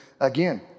again